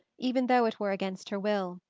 even though it were against her will.